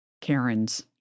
Karen's